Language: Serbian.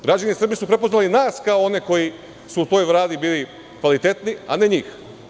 Građani Srbije su prepoznali nas kao one koji su u toj Vladi bili kvalitetni, a ne njih.